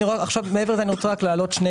עכשיו מעבר לזה אני רוצה להעלות שני